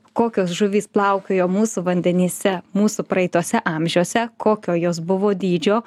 kokios žuvys plaukiojo mūsų vandenyse mūsų praeituose amžiuose kokio jos buvo dydžio